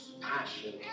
passion